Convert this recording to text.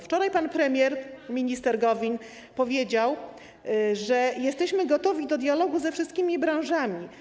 Wczoraj pan premier, minister Gowin powiedział, że jesteśmy gotowi do dialogu ze wszystkimi branżami.